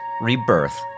rebirth